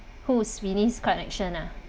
who's winnie's connection ah